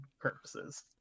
purposes